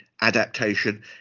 adaptation